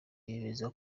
yemeza